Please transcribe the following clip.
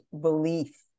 belief